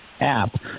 app